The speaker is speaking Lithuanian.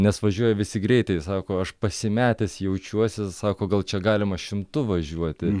nes važiuoja visi greitai sako aš pasimetęs jaučiuosi sako gal čia galima šimtu važiuoti